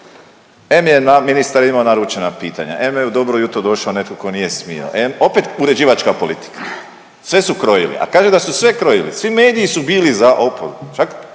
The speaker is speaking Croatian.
Em je na, ministar imao naručena pitanja, em je u Dobro jutro došao netko tko nije smio, em, opet uređivačka politika. Sve su krojili, a kaže da su sve krojili, svi mediji su bili za oporbu,